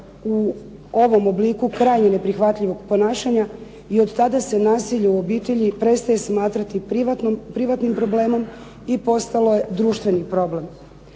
u ovom obliku krajnje neprihvatljivog ponašanja i od tada se nasilje u obitelji prestaje smatrati privatnim problemom i postalo je društveni problem.